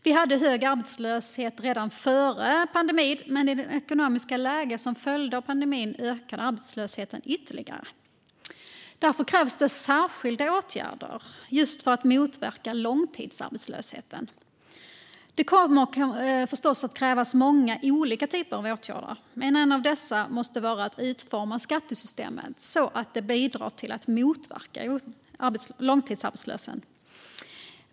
Vi hade hög arbetslöshet redan före pandemin, men i det ekonomiska läge som följde av pandemin ökade arbetslösheten ytterligare. Därför krävs det särskilda åtgärder för att motverka just långtidsarbetslöshet. Det kommer förstås att krävas många olika typer av åtgärder, men en av dessa måste vara att utforma skattesystemet så att det bidrar till att motverka långtidsarbetslösheten.